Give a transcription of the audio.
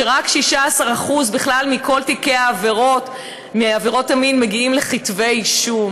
שרק 16% בכלל מכל תיקי עבירות המין מגיעים לכתבי אישום,